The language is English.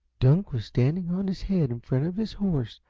dunk was standing on his head in front of his horse,